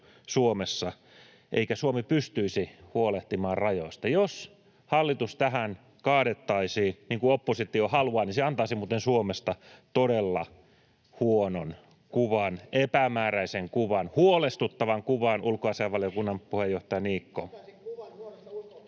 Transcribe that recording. Suomessa eikä Suomi pystyisi huolehtimaan rajoistaan. Jos hallitus tähän kaadettaisiin, niin kuin oppositio haluaa, niin se muuten antaisi Suomesta todella huonon kuvan, epämääräisen kuvan, huolestuttavan kuvan, ulkoasiainvaliokunnan puheenjohtaja Niikko.